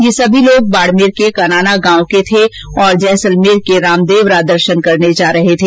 ये सभी लोग बाड़मेर के कनाना गांव के रहने वाले थे और जैसलमेर के रामदेवरा दर्शन करने जा रहे थे